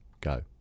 go